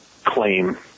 claim